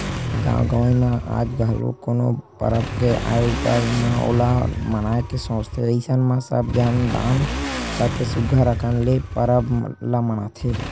गाँव गंवई म आज घलो कोनो परब के आय ऊपर म ओला मनाए के सोचथे अइसन म सब झन दान करके सुग्घर अंकन ले परब ल मनाथे